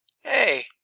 Hey